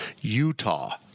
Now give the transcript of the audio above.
Utah